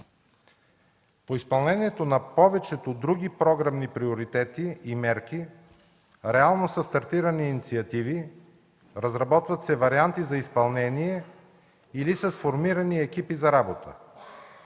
По изпълнението на повечето други програмни приоритети и мерки реално са стартирани инициативи, разработват се варианти за изпълнение или са сформирани екипи за работа.